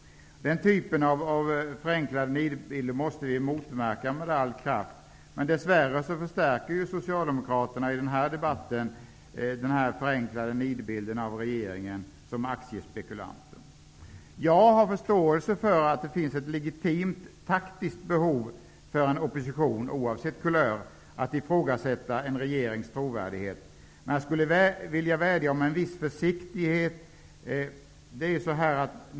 Den typen av förenklade nidbilder måste vi motverka med all kraft, men dess värre förstärker Socialdemokraterna i den här debatten den förenklade nidbilden av regeringen som aktiespekulanter. Jag har förståelse för att det finns ett legitimt taktiskt behov för en opposition, oavsett kulör, att ifrågasätta en regerings trovärdighet, men jag skulle vilja vädja om en viss försiktighet.